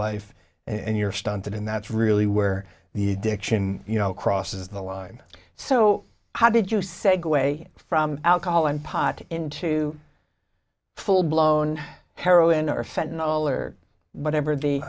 life and you're stunted and that's really where the addiction you know crosses the line so how did you segue from alcohol and pot into full blown heroin or fat and all or whatever the